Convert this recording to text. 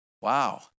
Wow